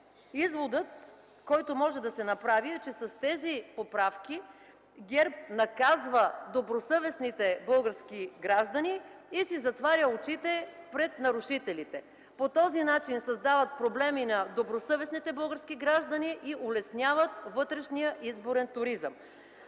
изводът, който може да се направи, е, че с тези поправки ГЕРБ наказва добросъвестните български граждани и си затваря очите пред нарушителите. По този начин се създават проблеми на добросъвестните български граждани и се улеснява вътрешният изборен туризъм.